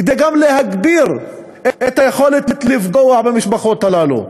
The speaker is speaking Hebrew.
כדי גם להגביר את היכולת לפגוע במשפחות האלה.